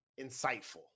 insightful